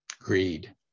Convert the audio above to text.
greed